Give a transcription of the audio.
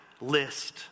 list